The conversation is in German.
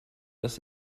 das